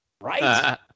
Right